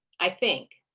i think.